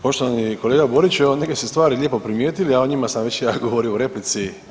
Poštovani kolega Boriću evo neke ste stvari lijepo primijetili, a o njima sam već ja govorio u replici.